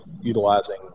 utilizing